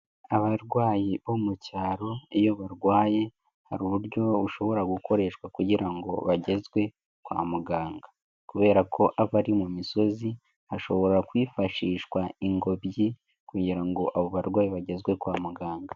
Abarwayi bo mu cyaro, iyo barwaye, hari uburyo bu shobora gukoreshwa kugira ngo bagezwe kwa muganga kubera ko abari mu misozi, hashobora kwifashishwa ingobyi kugira ngo abo barwayi bagezezwe kwa muganga.